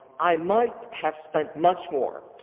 i might have spent much more.